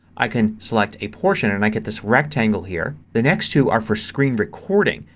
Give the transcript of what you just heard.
i can select a portion and i get this rectangle here. the next two are for screen recording.